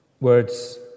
Words